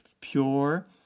pure